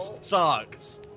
sucks